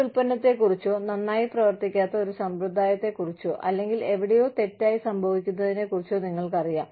ഒരു ഉൽപ്പന്നത്തെക്കുറിച്ചോ നന്നായി പ്രവർത്തിക്കാത്ത ഒരു സമ്പ്രദായത്തെക്കുറിച്ചോ അല്ലെങ്കിൽ എവിടെയോ തെറ്റായി സംഭവിക്കുന്നതിനെക്കുറിച്ചോ നിങ്ങൾക്കറിയാം